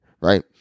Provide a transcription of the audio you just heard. right